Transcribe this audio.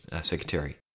Secretary